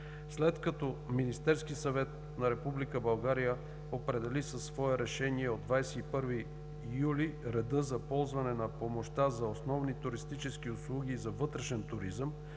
След като Министерският съвет на Република България определи със свое решение от 21 юли реда за ползване на помощта за основни туристически услуги и за вътрешен туризъм